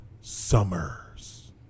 Summers